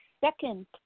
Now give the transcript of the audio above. second